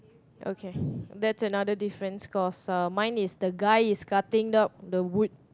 okay that's another difference cause uh mine is the guy is cutting up the wood